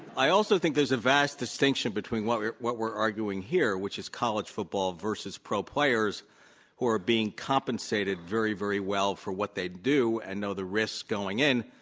i also think there's a vast distinction between what we're what we're arguing here, which is college football versus pro players who are being compensated very, very well for what they do and know the risks going in.